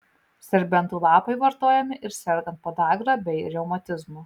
serbentų lapai vartojami ir sergant podagra bei reumatizmu